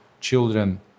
children